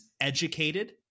educated